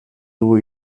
dugu